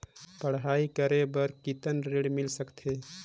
पढ़ाई करे बार कितन ऋण मिल सकथे?